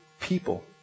people